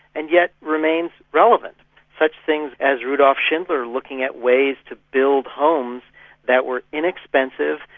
and yet remains relevant such things as rudolph schindler looking at ways to build homes that were inexpensive,